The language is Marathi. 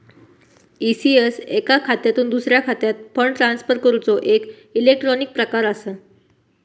ई.सी.एस एका खात्यातुन दुसऱ्या खात्यात फंड ट्रांसफर करूचो एक इलेक्ट्रॉनिक प्रकार असा